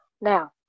Now